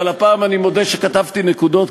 אבל הפעם אני מודה שכתבתי נקודות,